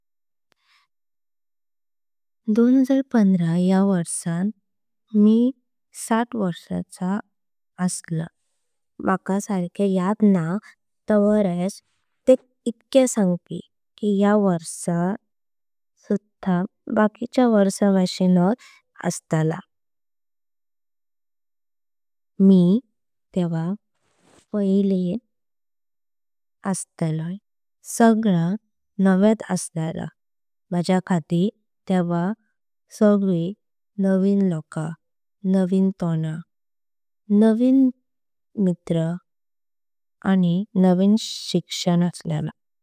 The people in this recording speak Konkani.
दोन हजार पंधरा या वरसान मे साठ वर्षांचा असलय। मका सारख्य यद ना ता वरस पुं इतक्या संगपी की या। वरस सुधा बाकीच्य वरण भाषीनात अस्तला मी टेका। पाहिलें असतलय सगळा नेवेत असलाला माझ्या खातीर तेव्हा। नवीन लोक नवी मित्र आणि नवीन शिक्षण।